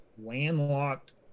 landlocked